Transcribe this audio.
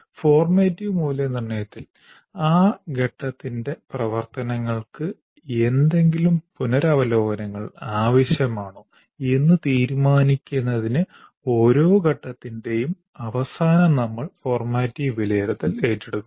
formative മൂല്യനിർണ്ണയത്തിൽ ആ ഘട്ടത്തിന്റെ പ്രവർത്തനങ്ങൾക്ക് എന്തെങ്കിലും പുനരവലോകനങ്ങൾ ആവശ്യമാണോ എന്ന് തീരുമാനിക്കുന്നതിന് ഓരോ ഘട്ടത്തിൻറെയും അവസാനം നമ്മൾ ഫോർമാറ്റീവ് വിലയിരുത്തൽ ഏറ്റെടുക്കുന്നു